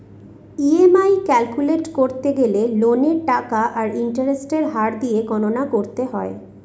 EMI calculate করতে গেলে লোনের টাকা আর ইন্টারেস্টের হার দিয়ে গণনা করতে হয়